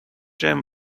gem